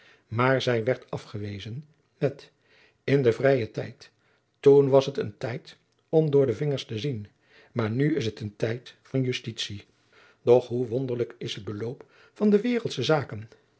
maar zij werd afgewezen met in den vrijen tijd toen was het een tijd om door de vingers te zien maar nu is het een tijd van justitie doch hoe wonderlijk is het beloop van de wereldsche zaken